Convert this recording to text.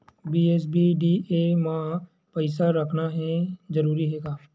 BSBDA मा पईसा रखना जरूरी हे का?